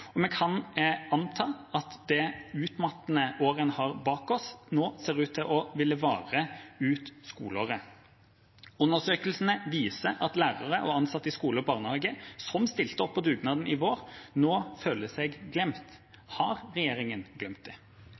Vi kan anta at det utmattende året vi har bak oss, vil vare ut skoleåret. Undersøkelsene viser at lærere og ansatte i skole og barnehage som stilte opp på dugnaden i vår, nå føler seg glemt. Har regjeringa glemt dem? Regjeringen har absolutt ikke glemt